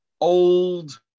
old